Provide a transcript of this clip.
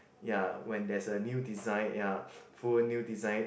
ya when there's a new design ya full new design